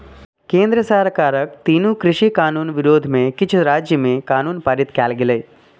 केंद्र सरकारक तीनू कृषि कानून विरोध मे किछु राज्य मे कानून पारित कैल गेलै